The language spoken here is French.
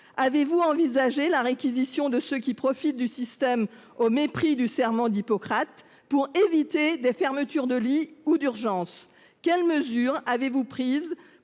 Avez-vous envisagé la réquisition de ceux qui profitent du système au mépris du serment d'Hippocrate pour éviter des fermetures de lits ou d'urgence, quelles mesures avez-vous prises